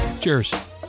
cheers